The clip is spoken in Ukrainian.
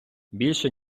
більше